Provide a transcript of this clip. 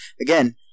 again